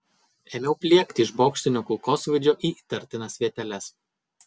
ėmiau pliekti iš bokštinio kulkosvaidžio į įtartinas vieteles